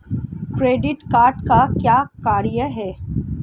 Credit card का क्या कार्य है?